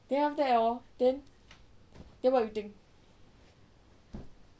then after that hor then then what you think